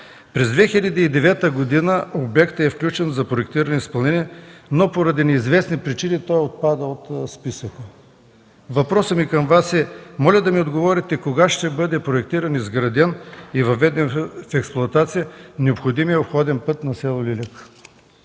През 2009 г. обектът е включен за проектиране и изпълнение, но поради неизвестни причини той отпада от списъка. Въпросът ми е: кога ще бъде проектиран, изграден и въведен в експлоатация необходимият обходен път на с. Лиляк?